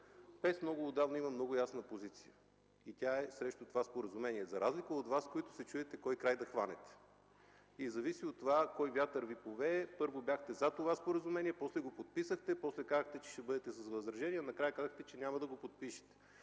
ПЕС има много ясна позиция, и тя е срещу това споразумение, за разлика от Вас, които се чудите кой край да хванете. И зависи от това кой вятър Ви повее. Първо бяхте за това споразумение, после го подписахте, след това казахте, че ще бъдете с възражение, а накрая казахте, че няма да го подпишете.